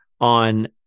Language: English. on